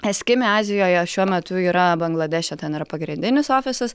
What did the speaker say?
eskimi azijoje šiuo metu yra bangladeše ten yra pagrindinis ofisas